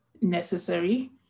necessary